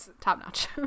top-notch